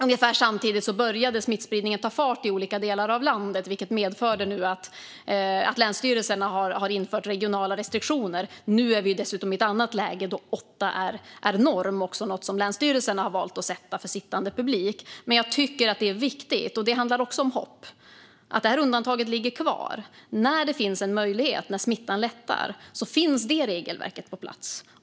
Ungefär samtidigt började smittspridningen ta fart i olika delar av landet, vilket medförde att länsstyrelserna införde regionala restriktioner. Nu är vi dessutom i ett annat läge då åtta är norm. Det är också något som länsstyrelserna har valt att sätta för sittande publik. Det handlar också om hopp. Det är viktigt att undantaget ligger kvar. När det finns en möjlighet, när smittan lättar, finns det regelverket på plats.